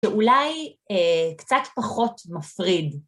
שאולי קצת פחות מפריד.